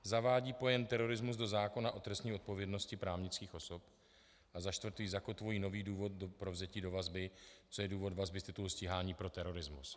Zavádí pojem terorismus do zákona o trestní odpovědnosti právnických osob a za čtvrté zakotvují nový důvod pro vzetí do vazby, co je důvod vazby z titulu stíhání pro terorismus.